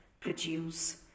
produce